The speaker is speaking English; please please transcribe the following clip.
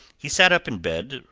he sat up in bed,